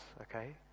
okay